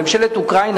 לממשלת אוקראינה,